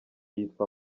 yitwa